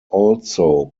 also